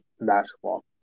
basketball